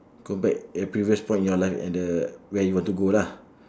go back a previous point in your life at the where you want to go lah